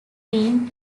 been